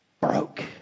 broke